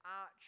arch